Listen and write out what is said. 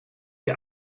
sie